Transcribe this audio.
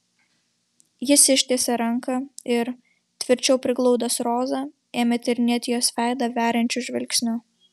jis ištiesė ranką ir tvirčiau priglaudęs rozą ėmė tyrinėti jos veidą veriančiu žvilgsniu